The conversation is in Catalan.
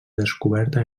descoberta